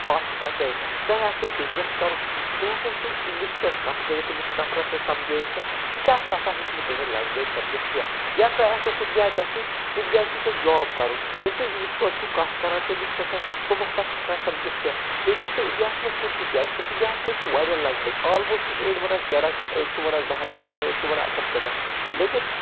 بات ہیکان کٔرِتھ تۄہہِ آسیو بِزنِس کَرُن تُہۍ ہَسا ہیکِو اِنگلِش پٲٹھۍ کَتھ کرِتھ تٔمِس نَفرَس سۭتۍ سَمجٲیِتھ سُہ تہِ کیاہ سُہ ہَسا ہیکہِ نہٕ تُہنٛز لینگویٚج سَمجِتھ کیٚنٛہہ یا تۄہہِ آسیو کُنہِ جایہِ گَژھُن کُنہِ جایہِ چھُو تۄہہِ جاب کَرُن ییٚلہِ تُہۍ اِنگلِش پٲٹھۍ چھُو کَتھ کَران تٔمِس سۭتۍ تِم ہَسا چھِ ہیکان سَمجِتھ کیٚنٛہہ تُہۍ گٔژھتو اِنڈیاہَس مَنٛز کُنہِ تہِ جایہِ اِنڈیاہَس مَنٛز چھِ واریاہ لینگویٚج آلموسٹ چھِ أڑۍ وَنان شُراہ شٮ۪تھ أڑۍ چھِ وَنان زٕ ہَتھ کٮ۪تھانۍ أڑۍ چھِ وَنان اَکھ ہَتھ تہٕ کٮ۪تھانۍ لیکِن